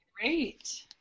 great